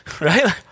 Right